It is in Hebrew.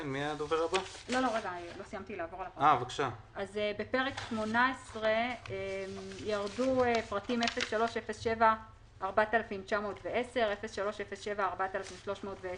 אז בפרק 18 ירדו פרטים 03074910, 03074310,